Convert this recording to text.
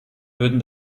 würden